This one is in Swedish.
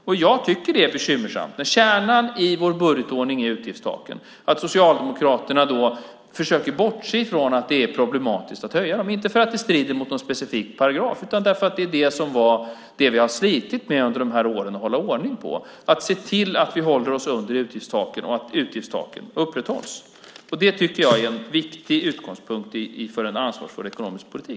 Kärnan i vår budgetordning är utgiftstaken, och jag tycker att det är bekymmersamt när Socialdemokraterna försöker bortse från att det är problematiskt att höja dem - inte för att det strider mot någon specifik paragraf utan för att vi under de gångna åren har slitit för att hålla ordning på just detta. Det har gällt att se till att vi har hållit oss under utgiftstaken och att utgiftstaken upprätthålls. Det tycker jag är en viktig utgångspunkt för en ansvarsfull ekonomisk politik.